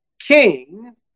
king